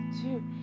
two